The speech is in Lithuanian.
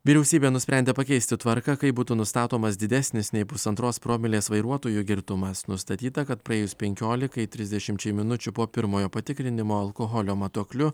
vyriausybė nusprendė pakeisti tvarką kaip būtų nustatomas didesnis nei pusantros promilės vairuotojo girtumas nustatyta kad praėjus penkiolikai trisdešimčiai minučių po pirmojo patikrinimo alkoholio matuokliu